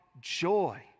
joy